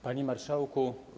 Panie Marszałku!